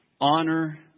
honor